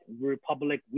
Republic